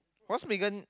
what's Megan